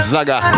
Zaga